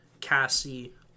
Cassie